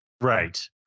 Right